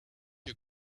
you